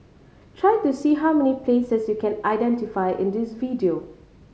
try to see how many places you can identify in this video